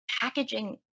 packaging